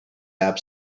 app